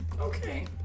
Okay